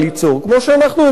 כמו שאנחנו הצענו,